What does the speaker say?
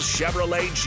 Chevrolet